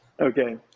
Okay